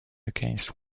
against